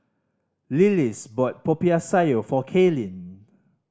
Lillis bought Popiah Sayur for Kaylin